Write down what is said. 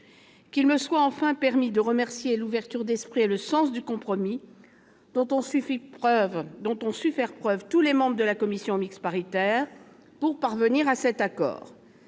Qu'il me soit enfin permis de saluer l'ouverture d'esprit et le sens du compromis dont ont su faire preuve tous les membres de la commission mixte paritaire pour parvenir à cet accord.